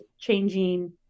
changing